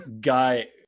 Guy